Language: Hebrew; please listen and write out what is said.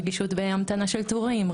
רגישות בהמתנה לתורים,